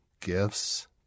gifts